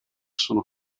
sono